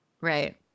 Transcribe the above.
Right